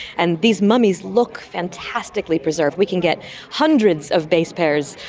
and these mummies look fantastically preserved. we can get hundreds of base pairs,